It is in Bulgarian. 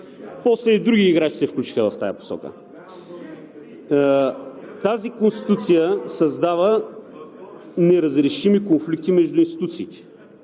После и други играчи се включиха в тази посока. Тази Конституция създава неразрешими конфликти между институциите